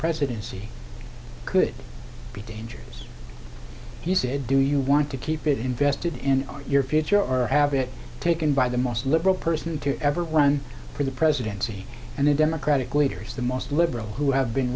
presidency could be dangerous if you said do you want to keep it invested in your future or have it taken by the most liberal person to ever run for the presidency and the democratic leaders the most liberal who have been